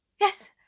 yes!